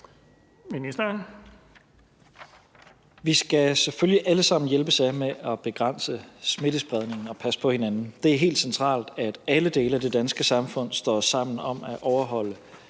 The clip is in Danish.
Vi skal selvfølgelig alle sammen hjælpes ad med at begrænse smittespredningen og passe på hinanden. Det er helt centralt, at alle dele af det danske samfund står sammen om at overholde